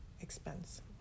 expense